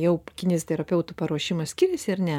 jau kineziterapeutų paruošimas skiriasi ar ne